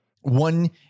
one